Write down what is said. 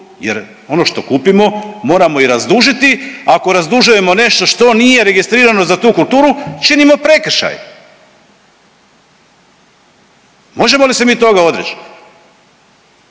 jer ono što kupimo moramo i razdužiti, ako razdužujemo nešto što nije registrirano za tu kulturu činimo prekršaj. Možemo li se mi toga odreć?